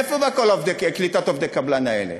מאיפה זה בא כל קליטת עובדי הקבלן האלה?